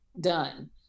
done